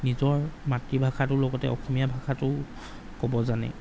নিজৰ মাতৃভাষাটোৰ লগতে অসমীয়া ভাষাটো ক'ব জানে